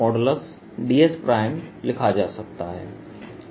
dS लिखा जा सकता है